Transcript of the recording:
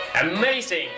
amazing